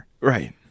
Right